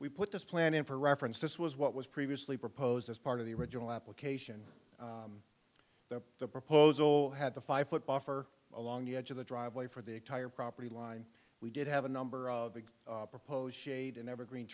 we put this plan in for reference this was what was previously proposed as part of the original application that the proposal had the five foot buffer along the edge of the driveway for the entire property line we did have a number of big proposed shade and evergreen